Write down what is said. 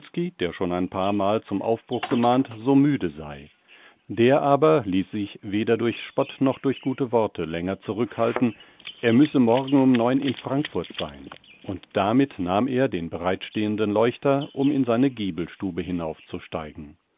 der schon ein paarmal zum aufbruch gemahnt so müde sei der aber ließ sich weder durch spott noch gute worte länger zurück halten er müsse morgen um neun in frankfurt sein und damit nahm er den bereitstehenden leuchter um in seine giebelstube hinaufzusteigen